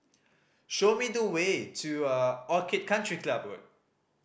show me the way to a Orchid Club Road